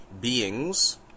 beings